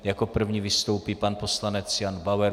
Jako první vystoupí pan poslanec Jan Bauer.